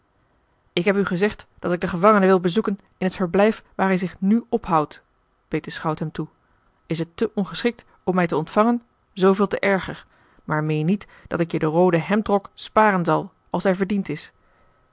ik heb u gezegd dat ik den gevangene wil bezoeken in het verblijf waar hij zich nu ophoudt beet de schout hem toe is het te ongeschikt om mij te ontvangen zooveel te erger maar meen niet dat ik je den rooden hemdrok sparen zal als hij verdiend is